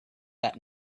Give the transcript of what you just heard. that